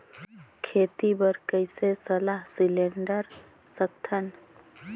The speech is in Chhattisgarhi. खेती बर कइसे सलाह सिलेंडर सकथन?